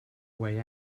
way